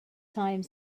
time